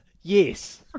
Yes